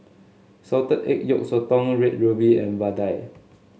Salted Egg Yolk Sotong Red Ruby and vadai